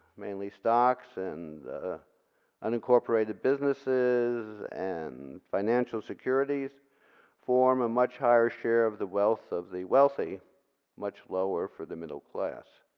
mainly stocks and and incorporated businesses, and financial securities form a much higher share of the wealth of the wealthy much lower for the middle class.